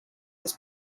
his